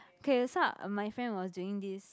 K so uh my friend was doing this